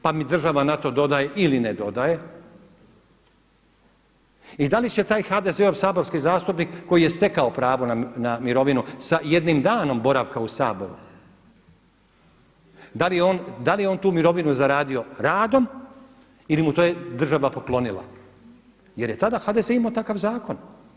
Pa mi država na to doda ili ne dodaje i da li će taj HDZ-ov saborski zastupnik koji je stekao pravo na mirovinu sa jednim danom boravka u Saboru, da li je on tu mirovinu zaradio radom ili mu je to država poklonila jer je tada HDZ imao takav zakon.